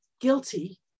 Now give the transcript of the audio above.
guilty